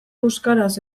euskaraz